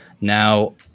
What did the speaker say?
Now-